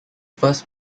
first